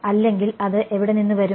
അല്ലെങ്കിൽ അത് എവിടെ നിന്ന് വരും